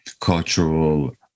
cultural